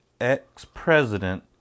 ex-president